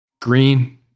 green